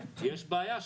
יש בעיה,